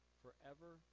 forever